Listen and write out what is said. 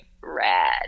rad